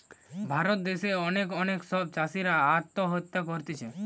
ভারত দ্যাশে অনেক অনেক সব চাষীরা আত্মহত্যা করতিছে